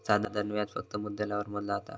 साधारण व्याज फक्त मुद्दलावर मोजला जाता